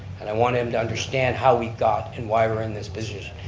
and i want them to understand how we got, and why we're in this position.